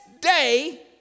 day